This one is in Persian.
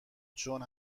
چون